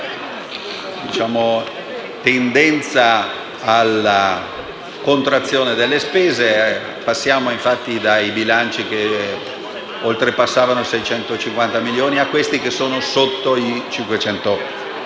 una tendenza alla contrazione delle spese. Passiamo infatti dai bilanci che oltrepassavano i 650 milioni a questi che sono sotto i 500 milioni.